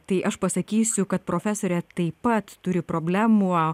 tai aš pasakysiu kad profesorė taip pat turi problemų